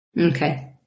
Okay